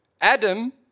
Adam